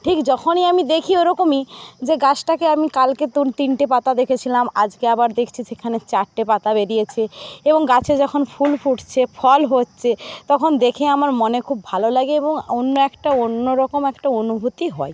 ঠিক যখনই আমি দেখি ওরকমই যে গাছটাকে আমি কালকে তো তিনটে পাতা দেখেছিলাম আজকে আবার দেখছি সেখানে চারটে পাতা বেরিয়েছে এবং গাছে যখন ফুল ফুটছে ফল হচ্ছে তখন দেখে আমার মনে খুব ভালো লাগে এবং অন্য একটা অন্য রকম একটা অনুভূতি হয়